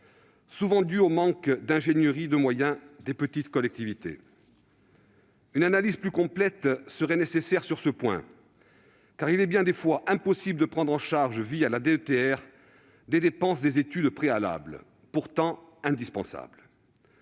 souvent dû au manque d'ingénierie de moyens des petites collectivités. Une analyse plus complète serait nécessaire sur ce point, car il est souvent impossible de prendre en charge la DETR les dépenses des études préalables, pourtant indispensables.